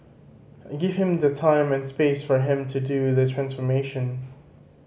give him the time and space for him to do the transformation